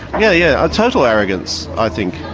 yeah, yeah, ah total arrogance, i think.